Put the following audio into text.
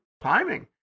timing